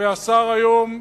והשר היום,